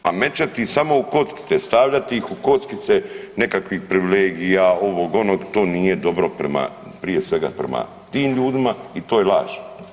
A mećati samo u kockice, stavljati ih u kockice nekakvih privilegija ovog onog to nije dobro prije svega prema tim ljudima i to je laž.